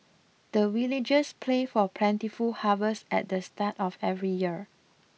the villagers pray for plentiful harvest at the start of every year